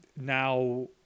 Now